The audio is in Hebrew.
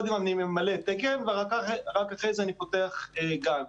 קודם ממלאים תקן ורק אחרי זה פותחים גן.